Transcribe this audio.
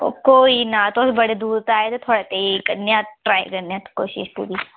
कोई ना तुस बड़ी दूरै दा आए दे थुआढ़े ताईं करने आं ट्राई करने आं कोशिश पूरी